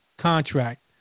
contract